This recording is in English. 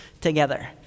together